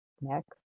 Next